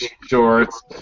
shorts